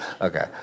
Okay